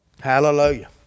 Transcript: Hallelujah